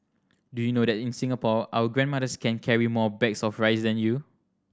do you know that in Singapore our grandmothers can carry more bags of rice than you